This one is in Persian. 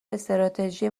استراتژی